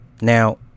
Now